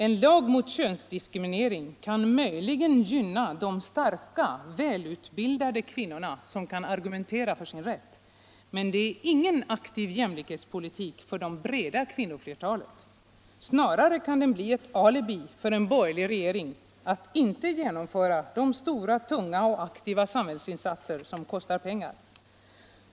En lag mot könsdiskriminering kan möjligen gynna de starka, välutbildade kvinnorna, som kan argumentera för sin rätt. men det är ingen aktiv jämlikhetspolitik för det breda kvinnoflertalet. Snarare kan det bli ett alibi för en borgerlig regering att inte genomföra de stora. tunga och aktiva samhällsinsatser som kostar pengar.